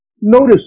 Notice